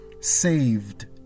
Saved